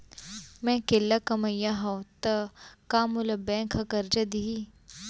मैं अकेल्ला कमईया हव त का मोल बैंक करजा दिही?